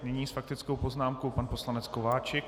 Nyní s faktickou poznámkou pan poslanec Kováčik.